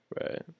Right